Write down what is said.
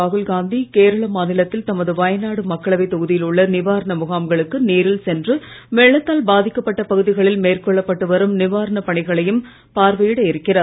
ராகுல்காந்தி கேரள மாநிலத்தில் தமது வயநாடு மக்களவைத் தொகுதியில் உள்ள நிவாரண முகாம்களுக்கு நேரில் சென்று வெள்ளத்தால் பாதிக்கப்பட்ட பகுதிகளில் மேற்கொள்ளப்பட்டு வரும் நிவாரணப் பணிகளையும் பார்வையிட இருக்கிறார்